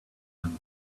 them